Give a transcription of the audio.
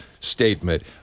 statement